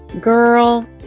Girl